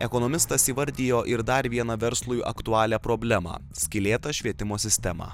ekonomistas įvardijo ir dar vieną verslui aktualią problemą skylėtą švietimo sistemą